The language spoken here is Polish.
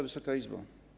Wysoka Izbo!